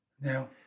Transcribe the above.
Now